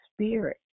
spirit